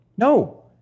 No